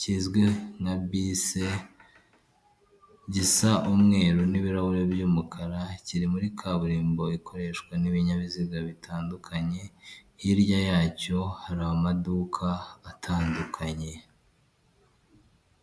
kizwi nka bisi gisa umweru n'ibirahure by'umukara kiri muri kaburimbo ikoreshwa n'ibinyabiziga bitandukanye, hirya yacyo hari amaduka atandukanye.